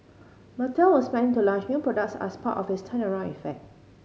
Mattel was planning to launch new products as part of its turnaround effort